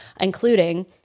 including